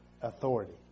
authority